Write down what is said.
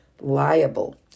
liable